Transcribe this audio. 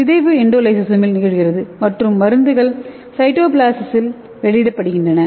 சிதைவு எண்டோலிசோசோமில் நிகழ்கிறது மற்றும் மருந்துகள் சைட்டோபிளாஸில் வெளியிடப்படுகின்றன